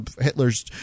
Hitler's